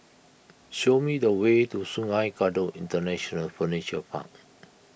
show me the way to Sungei Kadut International Furniture Park